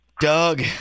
Doug